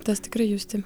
tas tikrai justi